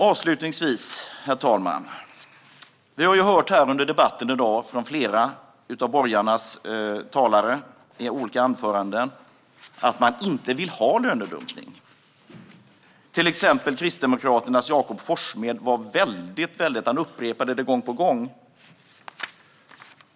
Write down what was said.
Avslutningsvis, herr talman, har vi under debatten i dag hört i flera av borgarnas olika anföranden att man inte vill ha lönedumpning. Till exempel Kristdemokraternas Jakob Forssmed upprepade det gång på gång.